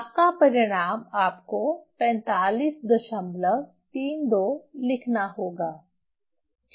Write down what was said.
आपका परिणाम आपको 4532 लिखना होगा ठीक है